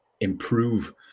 improve